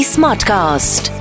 Smartcast